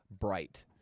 bright